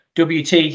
wt